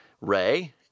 Ray